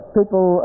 people